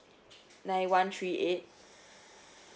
nine one three eight